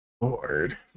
Lord